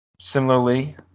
Similarly